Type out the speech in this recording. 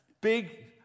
big